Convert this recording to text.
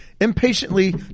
impatiently